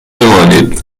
بمانید